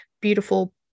beautiful